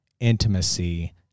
intimacy